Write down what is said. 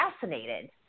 fascinated